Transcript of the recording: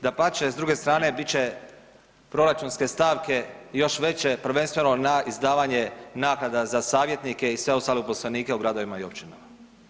Dapače, s druge strane bit će proračunske stavke još veće prvenstveno na izdavanje naknada za savjetnike i sve uposlenike u gradovima i općinama.